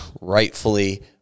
rightfully